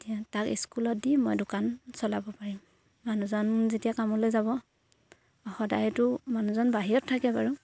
এতিয়া তাক স্কুলত দি মই দোকান চলাব পাৰিম মানুহজন যেতিয়া কামলৈ যাব সদায়তো মানুহজন বাহিৰত থাকে বাৰু